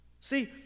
see